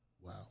Wow